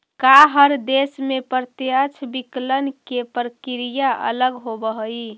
का हर देश में प्रत्यक्ष विकलन के प्रक्रिया अलग होवऽ हइ?